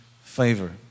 favor